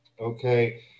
okay